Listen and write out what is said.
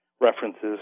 references